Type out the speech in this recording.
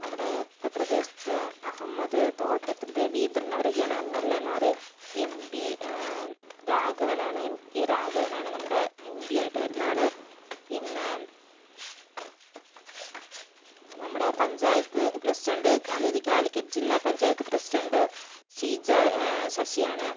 നമ്മുടെ പ്രദേശത്തെ അഹമ്മദ് തോട്ടത്തിൽ രവീന്ദ്രൻ അവരൊക്കെയാണ് എം എൽ എ മാര് എം പി രാഘവൻ ആണ് എം കെ രാഘവൻ ആണ് നമ്മുടെ എം പി ആയിട്ട് വരുന്ന ആള് പിന്നെ നമ്മുടെ പഞ്ചായത്ത് പ്രസിഡന്റ് അതായത് കാലിക്കറ്റ് ജില്ലാ പഞ്ചായത്ത് പ്രസിഡന്റ് ഷീജ ശശിയാണ്